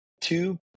two